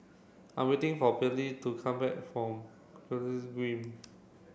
I'm waiting for Pearley to come back from